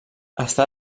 està